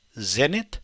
Zenith